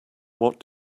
what